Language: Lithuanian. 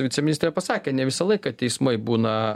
viceministrė pasakė ne visą laiką teismai būna